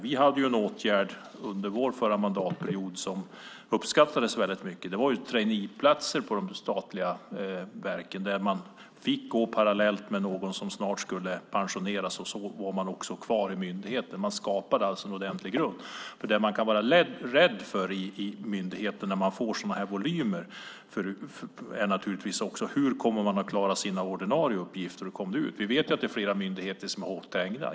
Vi hade en åtgärd under vår förra mandatperiod som uppskattades väldigt mycket, traineeplatser på de statliga verken. Man fick gå parallellt med någon som snart skulle pensioneras, och så var man kvar i myndigheten. Det skapades alltså en ordentlig grund. Det man kan vara rädd för i myndigheter när man får sådana här volymer är naturligtvis hur man kommer att klara sina ordinarie uppgifter. Vi vet att flera myndigheter är hårt trängda.